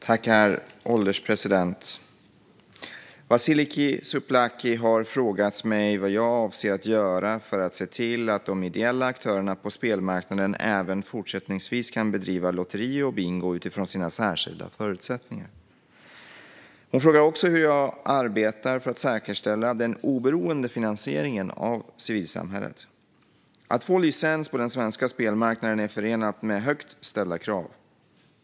Herr ålderspresident! Vasiliki Tsouplaki har frågat mig vad jag avser att göra för att se till att de ideella aktörerna på spelmarknaden även fortsättningsvis kan bedriva lotteri och bingo utifrån sina särskilda förutsättningar. Hon frågar också hur jag arbetar för att säkerställa den oberoende finansieringen av civilsamhället. Att få licens på den svenska spelmarknaden är förenat med högt ställda krav.